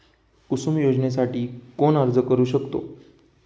कुसुम योजनेसाठी कोण अर्ज करू शकतो?